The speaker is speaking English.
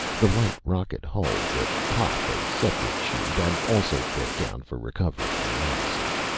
the light rocket hull would pop a separate chute and also drift down for recovery and analysis.